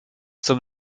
zum